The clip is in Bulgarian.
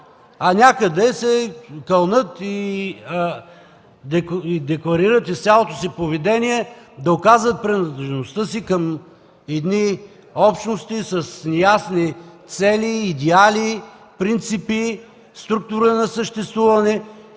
а някъде се кълнат, декларират и с цялото си поведение доказват принадлежността си към едни общности с неясни цели, идеали, принципи, структура на съществуване.